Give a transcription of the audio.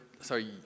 sorry